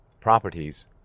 properties